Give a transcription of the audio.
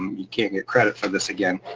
um you can't get credit for this again.